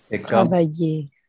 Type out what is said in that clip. travailler